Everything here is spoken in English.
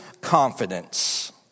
confidence